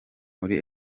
muri